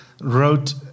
wrote